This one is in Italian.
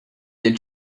del